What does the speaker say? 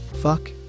fuck